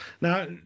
Now